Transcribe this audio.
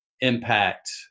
impact